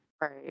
right